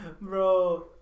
Bro